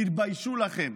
תתביישו לכם.